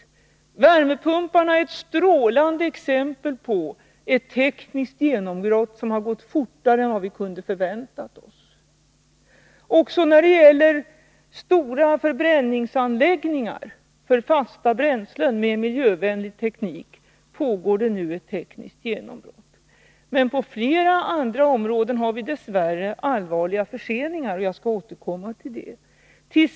Värmepumparna är ett strålande exempel på ett tekniskt genombrott som har gått fortare än vi kunde förvänta oss. Även när det gäller stora förbränningsan läggningar för fasta bränslen med miljövänlig teknik pågår det nu ett tekniskt genombrott. Men på flera andra områden har vi dess värre allvarliga förseningar, och jag skall återkomma till det.